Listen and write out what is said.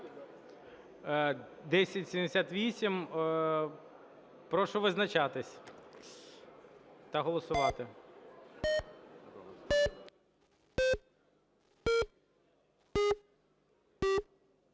Прошу визначатись та голосувати.